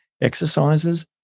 exercises